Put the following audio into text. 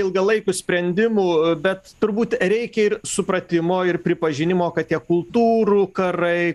ilgalaikių sprendimų bet turbūt reikia ir supratimo ir pripažinimo kad tie kultūrų karai